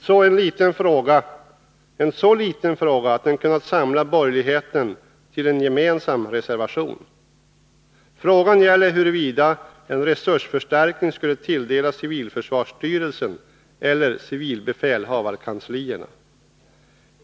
Så till sist en så liten fråga att den kunnat samla borgerligheten till en gemensam reservation. Frågan gäller huruvida en resursförstärkning skulle tilldelas civilförsvarsstyrelsen eller civilbefälhavarkanslierna.